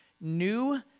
new